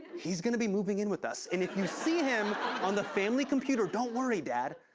he's gonna be moving in with us, and if you seen him on the family computer, don't worry, dad,